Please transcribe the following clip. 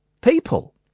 people